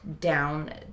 down